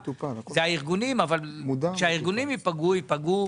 אלה הם הארגונים אבל כאשר הארגונים ייפגעו ייפגעו